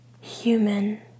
human